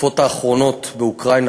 התקיפות האחרונות באוקראינה,